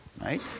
right